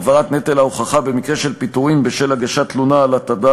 העברת נטל ההוכחה במקרה של פיטורין בשל הגשת תלונה על הטרדה